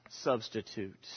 substitute